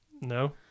No